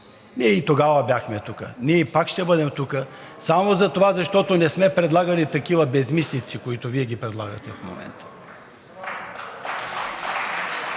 Ние и тогава бяхме тук, ние пак ще бъдем тук само затова, защото не сме предлагали такива безсмислици, които Вие предлагате в момента.